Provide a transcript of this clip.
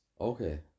okay